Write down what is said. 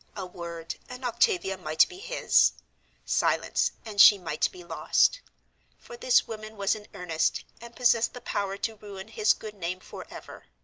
a word, and octavia might be his silence, and she might be lost for this woman was in earnest, and possessed the power to ruin his good name forever.